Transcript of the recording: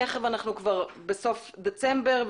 תיכף אנחנו בסוף דצמבר,